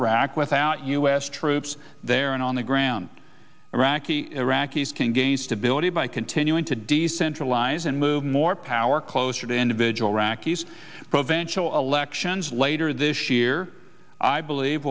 iraq without u s troops there and on the ground iraqi iraqis can gain stability by continuing to decentralize and move more power closer to individual rocky's eventual lections later this year i believe